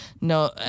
No